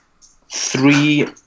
three